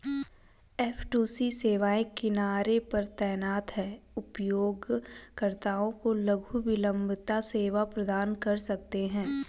F two C सेवाएं किनारे पर तैनात हैं, उपयोगकर्ताओं को लघु विलंबता सेवा प्रदान कर सकते हैं